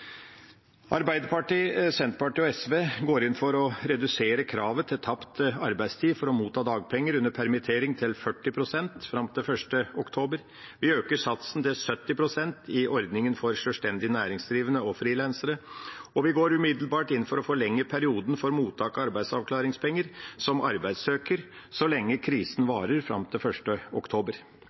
Arbeiderpartiet, Senterpartiet og SV går inn for å redusere kravet til tapt arbeidstid for å motta dagpenger under permittering til 40 pst. fram til 1. oktober. Vi øker satsen til 70 pst. i ordningen for sjølstendig næringsdrivende og frilansere, og vi går inn for umiddelbart å forlenge perioden for mottak av arbeidsavklaringspenger som arbeidssøker så lenge krisen varer, nå fram til 1. oktober.